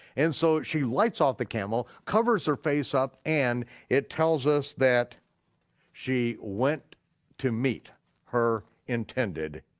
and so she lights off the camel, covers her face up, and it tells us that she went to meet her intended.